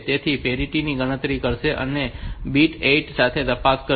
તેથી તે પેરીટી ની ગણતરી કરશે અને બીટ 8 સાથે તપાસ કરશે